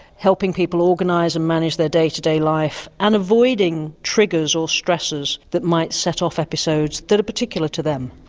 helping people organise and manage their day to day life and avoiding triggers or stresses that might set off episodes that are particular to them.